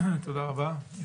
תודה רבה.